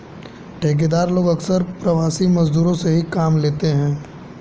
ठेकेदार लोग अक्सर प्रवासी मजदूरों से ही काम लेते हैं